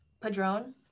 Padrone